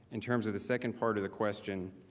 in terms of the second part of the question,